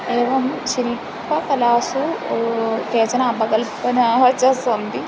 एवं शिल्पकलासु केचन अपकल्पनाः च सन्ति